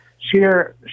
sheer